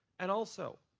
and also,